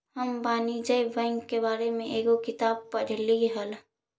हम वाणिज्य बैंक के बारे में एगो किताब में पढ़लियइ हल